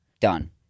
Done